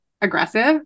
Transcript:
aggressive